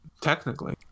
Technically